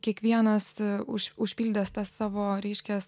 kiekvienas už užpildęs tą savo reiškias